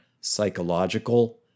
psychological